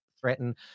threaten